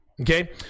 Okay